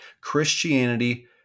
Christianity